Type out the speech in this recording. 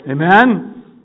amen